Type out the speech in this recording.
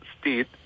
state